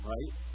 Right